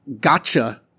gotcha